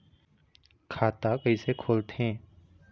खाता कइसे खोलथें?